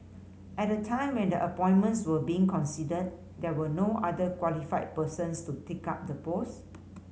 at the time when the appointments were being considered there were no other qualified persons to take up the posts